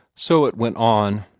so it went on.